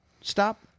stop